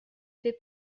fait